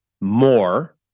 more